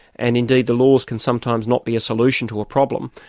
and, indeed, the laws can sometimes not be a solution to a problem,